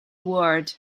ward